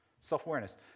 Self-awareness